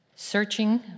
Searching